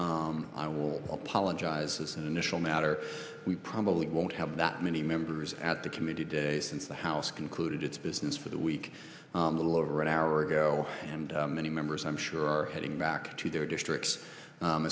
and i will apologize as an initial matter we probably won't have that many members at the committee day since the house concluded its business for the week a little over an hour ago and many members i'm sure are heading back to their districts